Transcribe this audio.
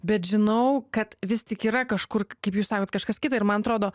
bet žinau kad vis tik yra kažkur kaip jūs sakot kažkas kita ir man atrodo